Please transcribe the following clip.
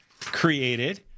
created